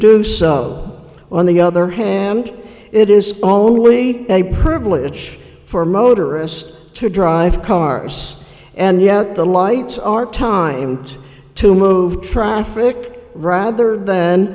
do so on the other hand it is only a privilege for motorists to drive cars and yet the lights are time to move traffic rather than